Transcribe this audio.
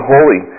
Holy